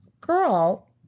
girl